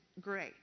great